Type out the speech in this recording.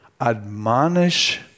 admonish